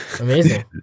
Amazing